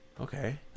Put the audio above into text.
Okay